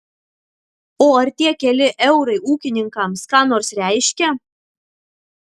o ar tie keli eurai ūkininkams ką nors reiškia